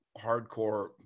hardcore